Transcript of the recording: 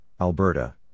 Alberta